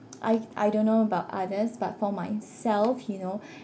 I I don't know about others but for myself you know